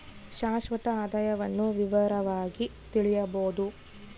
ಶಾಶ್ವತ ಆದಾಯವನ್ನು ವಿವರವಾಗಿ ತಿಳಿಯಬೊದು